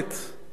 דומים מאוד.